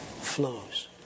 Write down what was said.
flows